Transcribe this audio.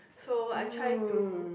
so I try to